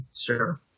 sure